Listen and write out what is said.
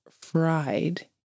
fried